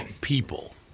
people